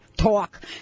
talk